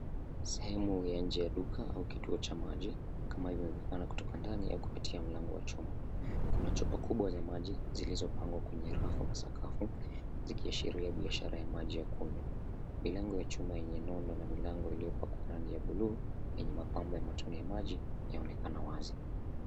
Sehemu ya nje ya duka au kituo cha maji kama inavyoonekana kutoka ndani ya kupitia mlango wa juma. Kuna chupa kubwa za maji zilizopangwa kwenye rafu na sakafu zikiashiria biashara ya maji ya kunywa. Milango ya juma yenye nono na milango iliyopakwa rangi blue yenye mapambo ya matone ya maji yaonekana wazi.